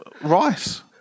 Rice